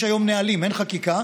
יש כיום נהלים, אין חקיקה.